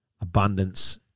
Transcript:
Abundance